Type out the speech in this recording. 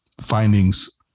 findings